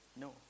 No